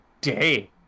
day